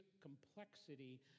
complexity